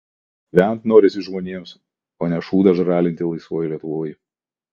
gyvent norisi žmonėms o ne šūdą žralinti laisvoj lietuvoj